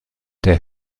der